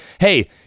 Hey